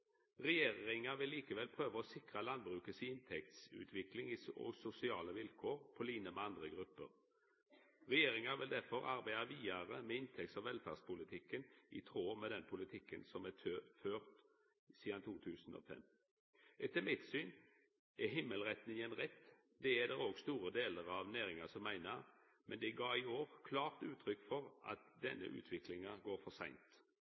Regjeringa vil likevel prøva å sikra landbruket inntektsutvikling og sosiale vilkår på line med andre grupper. Regjeringa vil derfor arbeida vidare med inntekts- og velferdspolitikken, i tråd med den politikken som er ført sidan 2005. Etter mitt syn er himmelretninga rett. Det meiner òg store delar av næringa. Men dei gav i år klart uttrykk for at utviklinga går for seint.